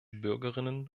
bürgerinnen